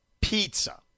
pizza